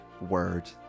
word